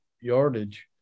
yardage